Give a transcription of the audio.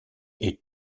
est